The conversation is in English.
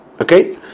Okay